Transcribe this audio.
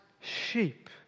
sheep